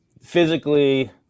physically –